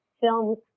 films